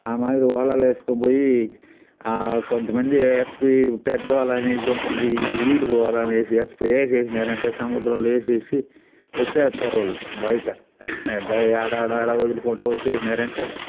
ఆ మాదిరిగా వలలు వేసుకొని పోయి కొంత మంది ఎత్తుకుపోయి పెద్దవల అనేది ఉంటుంది ఈడుపు వల అనేసి ఎత్తకుపోయి వేసేసారంటే సముద్రంలో వేసేసి వచ్చేస్తారు వాళ్ళు బయట ఆడా ఆడా వదులుకుంటా వచ్చేసినారంటే